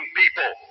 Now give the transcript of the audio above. people